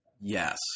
Yes